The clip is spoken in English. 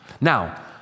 Now